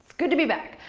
good to be back!